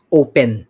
open